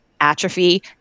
atrophy